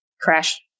crash